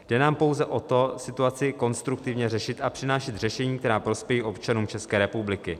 Jde nám pouze o to situaci konstruktivně řešit a přinášet řešení, která prospějí občanům České republiky.